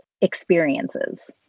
experiences